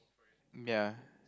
ya